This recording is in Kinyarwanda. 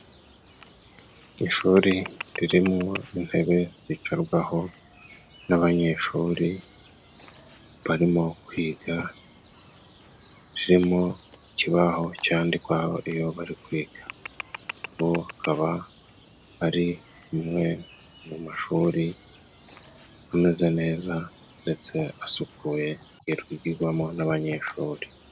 Ishuri ririmo intebe zicarwaho n'abanyeshuri barimo kwiga, zirimo ikibaho cyandikwaho iyo bari kwiga. Ubu akaba ari bumwe mu mashuri ameze neza ndetse asukuye yakwigirwamo n'abanyeshuri.